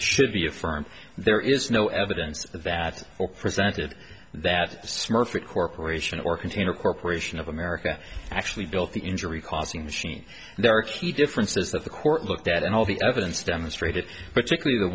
should be affirmed there is no evidence that presented that smurfit corporation or container corporation of america actually built the injury causing machine there a key difference is that the court looked at all the evidence demonstrated particularly the